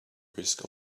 risk